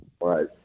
Right